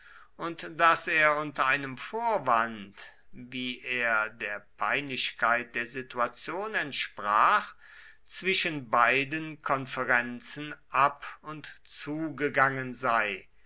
und daß er unter einem vorwand wie er der peinlichkeit der situation entsprach zwischen beiden konferenzen ab und zu gegangen sei